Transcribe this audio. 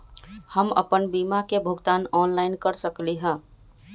हम अपन बीमा के भुगतान ऑनलाइन कर सकली ह?